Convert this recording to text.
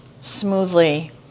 smoothly